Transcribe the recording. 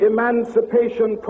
Emancipation